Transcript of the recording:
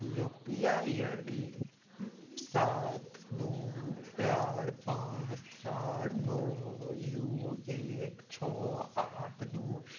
U P I I D सात दुइ चारि पाँच चारि नओ दुइ एक छओ आठ दुइ